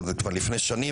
זה כבר לפני שנים